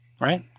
Right